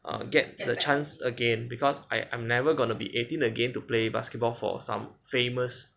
err get the chance again because I I'm never gonna be eighteen again to play basketball for some famous